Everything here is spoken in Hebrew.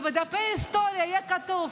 ובדפי ההיסטוריה יהיה כתוב: